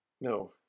No